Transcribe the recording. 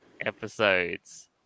episodes